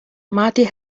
marty